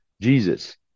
Jesus